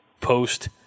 post